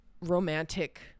romantic